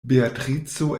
beatrico